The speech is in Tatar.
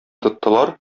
тоттылар